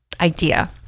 idea